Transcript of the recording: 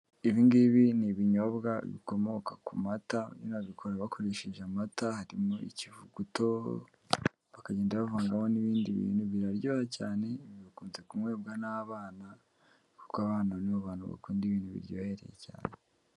Ibi ngibi ni ibinyobwa bikomoka ku mata nyineb babikora bakoresheje amata harimo ikivuguto bakagenda bavangaho n'ibindi bintu biraryoha cyane, bikunze kunywebwa n'abana kuko abana nibo abantu bakunda ibintu biryohereye cyane.